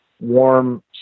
warm